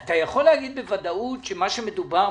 אתה יכול להגיד בוודאות שמה שמדובר,